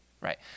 Right